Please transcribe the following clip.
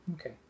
Okay